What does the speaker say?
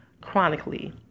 chronically